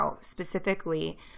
specifically